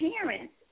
parents